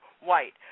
White